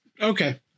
Okay